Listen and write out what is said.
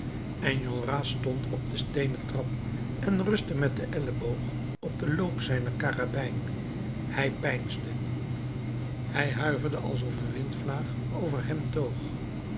enjolras stond op de steenen trap en rustte met den elleboog op den loop zijner karabijn hij peinsde hij huiverde alsof een windvlaag over hem toog